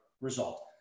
result